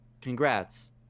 congrats